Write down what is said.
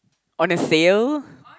on a sale